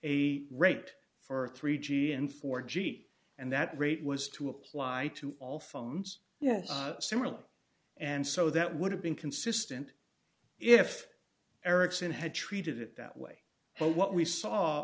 a rate for three g and four g and that rate was to apply to all phones yes similar and so that would have been consistent if ericsson had treated it that way but what we saw